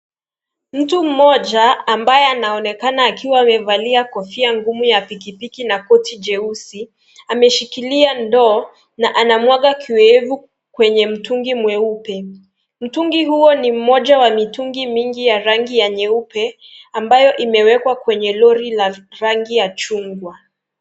Mtu mmoja ambaye anaonekana wamevalia kofiangumu ya pikipili na koti jeusi, ameshililia ndoo, na anamwaga kioevu kwenye mtungi mweupe, mtu huo ni mmoja wa mitungi mingi ya rangi ya nyeupe, ambayo imewekwa kwenye roli la rangi ya chungwa.